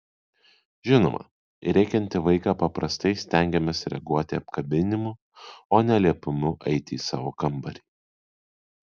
žinoma į rėkiantį vaiką paprastai stengiamės reaguoti apkabinimu o ne liepimu eiti į savo kambarį